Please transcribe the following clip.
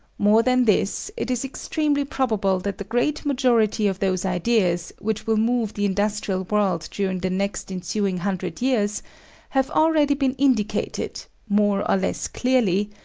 more than this, it is extremely probable that the great majority of those ideas which will move the industrial world during the next ensuing hundred years have already been indicated, more or less clearly,